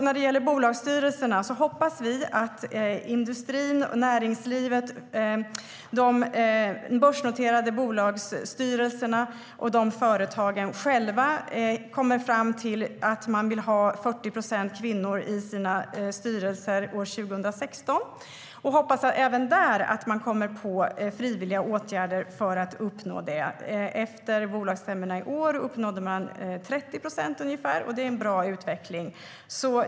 När det gäller bolagsstyrelserna hoppas vi att industrin, näringslivet, de börsnoterade bolagens styrelser och företagen själva kommer fram till att de vill ha 40 procent kvinnor i sina styrelser år 2016. Vi hoppas även där att de kommer på frivilliga åtgärder för att uppnå det. Efter bolagsstämmorna i år uppnådde de ungefär 30 procent. Det är en bra utveckling.